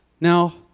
Now